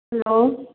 hello